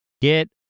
get